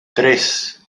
tres